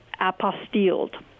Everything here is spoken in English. apostilled